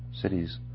cities